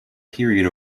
period